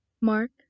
Mark